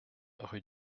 rue